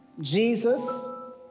Jesus